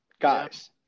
guys